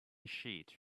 sheet